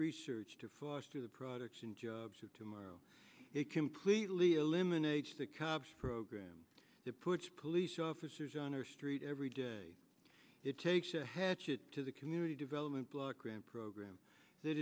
research to foster the production jobs of tomorrow completely eliminates the cops program to put police officers on our street every day it takes a hatchet to the community development block grant program that